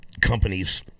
companies